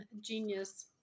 genius